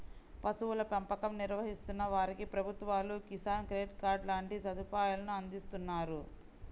పశువుల పెంపకం నిర్వహిస్తున్న వారికి ప్రభుత్వాలు కిసాన్ క్రెడిట్ కార్డు లాంటి సదుపాయాలను అందిస్తున్నారు